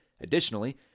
Additionally